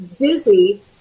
busy